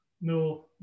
No